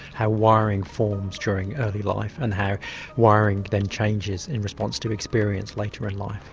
how wiring forms during early life and how wiring then changes in response to experience later in life.